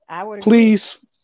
Please